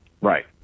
Right